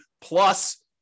plus